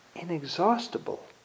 inexhaustible